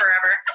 forever